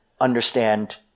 understand